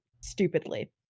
stupidly